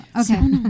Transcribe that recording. Okay